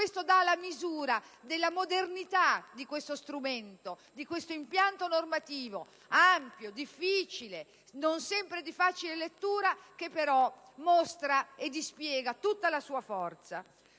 ci dà la misura della modernità di questo strumento, di questo impianto normativo, ampio, difficile, non sempre di facile lettura, che però mostra e dispiega tutta la sua forza.